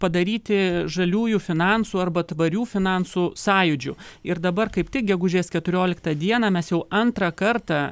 padaryti žaliųjų finansų arba tvarių finansų sąjūdžiu ir dabar kaip tik gegužės keturioliktą dieną mes jau antrą kartą